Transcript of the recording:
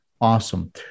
Awesome